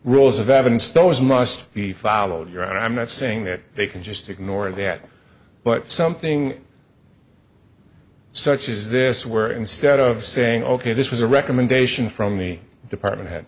rules of evidence those must be followed around i'm not saying that they can just ignore that but something such as this where instead of saying ok this was a recommendation from the department head